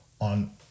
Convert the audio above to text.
on